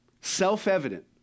Self-evident